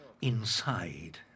inside